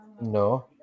No